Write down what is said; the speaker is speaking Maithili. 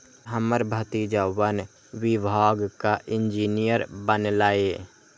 हमर भतीजा वन विभागक इंजीनियर बनलैए